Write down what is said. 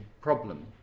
problem